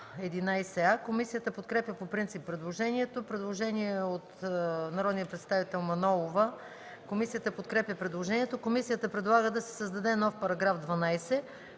Комисията подкрепя по принцип предложението. Предложение от народния представител Мая Манолова. Комисията подкрепя предложението. Комисията предлага да се създаде нов § 12: „§ 12.